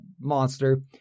monster